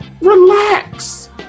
relax